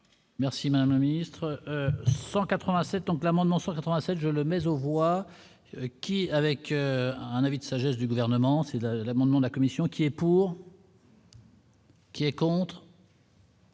la mise. 100 87 ans que l'amendement 187 je le mais aux voix qui, avec un avis de sagesse du gouvernement c'est l'amendement de la commission qui est pour. Qui est contre.